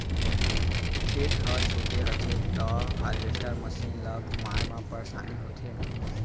खेत ह छोटे रथे त हारवेस्टर मसीन ल घुमाए म परेसानी होथे